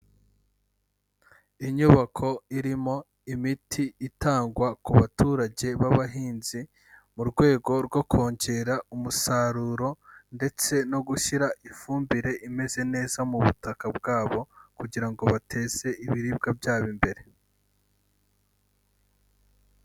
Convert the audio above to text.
Inyubako irimo imiti itangwa ku baturage b'abahinzi, mu rwego rwo kongera umusaruro ndetse no gushyira ifumbire imeze neza mu butaka bwabo, kugira ngo bateze ibiribwa byabo imbere.